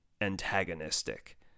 antagonistic